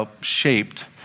shaped